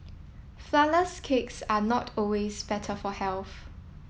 flourless cakes are not always better for health